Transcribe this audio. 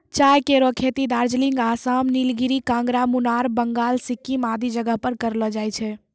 चाय केरो खेती दार्जिलिंग, आसाम, नीलगिरी, कांगड़ा, मुनार, बंगाल, सिक्किम आदि जगह पर करलो जाय छै